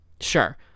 sure